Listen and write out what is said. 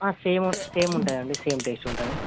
same same ఉంటుంది అండి same taste ఉంటుంది